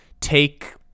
take